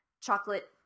chocolate